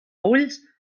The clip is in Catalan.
ulls